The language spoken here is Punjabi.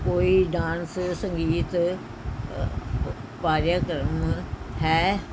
ਕੋਈ ਡਾਂਸ ਸੰਗੀਤ ਕਾਰਿਆਕ੍ਰਮ ਹੈ